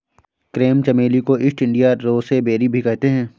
crepe चमेली को East India rosebay भी कहते हैं